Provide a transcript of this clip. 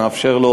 נאפשר לו,